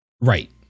Right